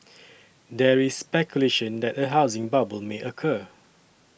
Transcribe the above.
there is speculation that a housing bubble may occur